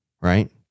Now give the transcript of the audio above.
right